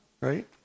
right